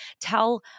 tell